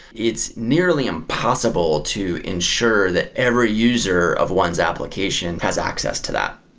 it's nearly impossible to ensure that every user of one's application has access to that.